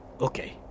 Okay